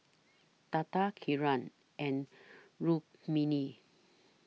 Tata Kiran and Rukmini